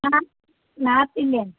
ಹಾಂ north Indian